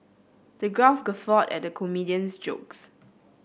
the crowd guffawed at the comedian's jokes